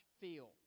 feel